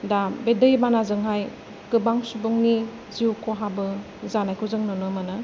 दा बे दैबानाजोंहाय गोबां सुबुंनि जिउ खहाबो जानायखौ जों नुनो मोनो